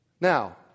Now